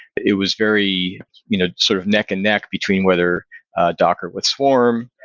it was very you know sort of neck and neck between whether docker with swarm,